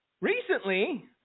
Recently